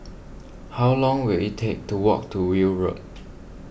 how long will it take to walk to Weld Road